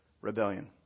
rebellion